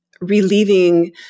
Relieving